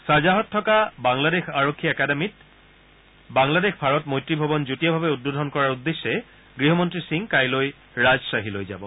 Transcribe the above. ছাৰদাহত থকা বাংলাদেশ আৰক্ষী একাডেমিত বাংলাদেশ ভাৰত মৈত্ৰী ভৱন যুটীয়াভাৱে উদ্বোধন কৰাৰ উদ্দেশ্যে গৃহমন্ত্ৰী সিং কাইলৈ ৰাজগ্বাহীলৈ যাব